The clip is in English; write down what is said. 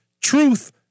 Truth